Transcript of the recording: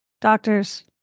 doctors